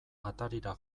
atarira